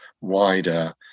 wider